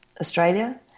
Australia